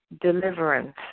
deliverance